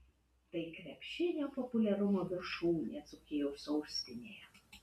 tai krepšinio populiarumo viršūnė dzūkijos sostinėje